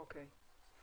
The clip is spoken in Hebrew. אוקיי.